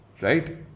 right